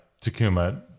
Takuma